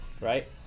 right